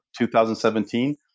2017